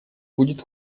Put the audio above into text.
будет